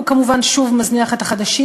הוא כמובן שוב מזניח את החלשים,